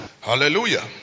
hallelujah